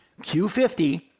Q50